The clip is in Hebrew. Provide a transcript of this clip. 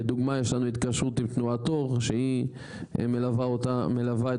כדוגמה יש לנו התקשרות עם תנועת אור שהיא מלווה את